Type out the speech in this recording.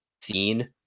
seen